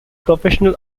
professional